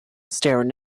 starring